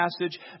passage